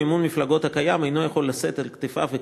מימון המפלגות הקיים אינו יכול לשאת על כתפיו את